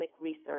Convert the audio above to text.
research